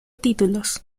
títulos